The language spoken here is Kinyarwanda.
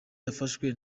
yafashwe